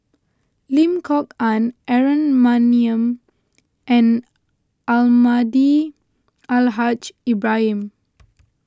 Lim Kok Ann Aaron Maniam and Almahdi Al Haj Ibrahim